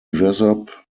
jesup